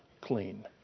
clean